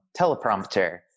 teleprompter